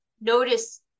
notice